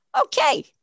Okay